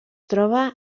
troba